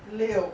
六